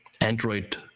Android